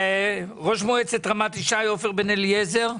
ראש מועצת רמת ישי, עופר בן אליעזר.